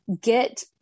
get